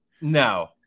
no